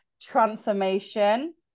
transformation